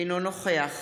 אינו נוכח